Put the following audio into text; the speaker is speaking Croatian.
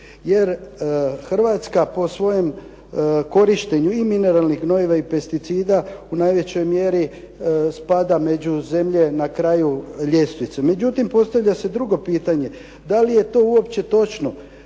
Jer Hrvatska po svojem korištenju i mineralnih goriva i pesticida u najvećoj mjeri spada među zemlje na kraju ljestvice. Međutim, postavlja se drugo pitanje, da li je uopće točno?